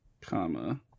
comma